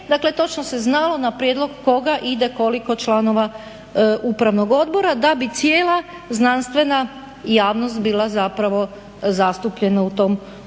Dakle točno se znalo na prijedlog koga ide koliko članova upravnog odbora da bi cijela znanstvena javnost bila zapravo zastupljena u tom upravnom